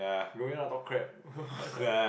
we only know how to talk crap